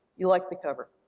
you like the cover.